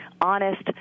honest